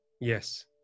Yes